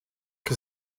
que